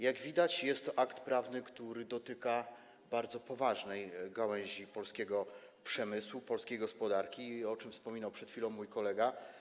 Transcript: Jak widać, jest to akt prawny, który dotyka bardzo ważnej gałęzi polskiego przemysłu, polskiej gospodarki, o czym wspominał przed chwilą mój kolega.